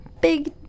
big